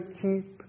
keep